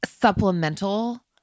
supplemental